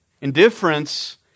Indifference